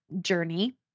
journey